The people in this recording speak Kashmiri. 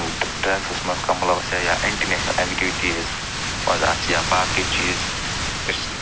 ڈرگسَس منٛز کانٛہہ مُلوث یا اینٹی نیشنل ایکٹِوٹیٖز پگاہ آسِیٛا یا باقٕے چیٖز یُس